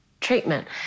treatment